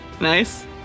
Nice